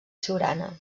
siurana